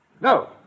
No